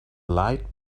light